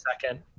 second